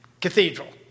cathedral